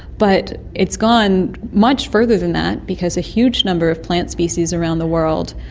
but it's gone much further than that, because a huge number of plant species around the world,